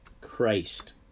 Christ